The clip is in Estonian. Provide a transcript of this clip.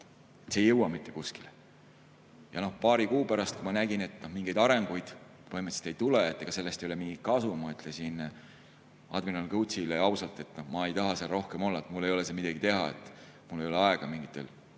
see ei jõua mitte kuskile. Ja paari kuu pärast, kui ma nägin, et mingeid arenguid põhimõtteliselt ei tule, sellest ei ole mingit kasu, ma ütlesin admiral Kõutsile ausalt, et ma ei taha seal rohkem olla. Mul ei ole seal midagi teha ja mul ei ole aega mingitel